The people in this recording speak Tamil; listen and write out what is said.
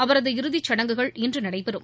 அவரது இறுதி சடங்குகள் இன்று நடைபெறும்